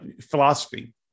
philosophy